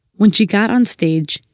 when she got on stage,